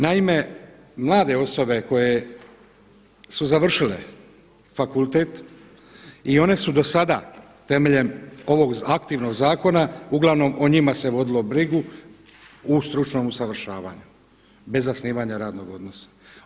Naime, mlade osobe koje su završile fakultet i one su do sada temelj ovog aktivnog zakona uglavnom o njima se vodilo brigu u stručnom usavršavanju bez zasnivanja radnog odnosa.